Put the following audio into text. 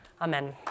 Amen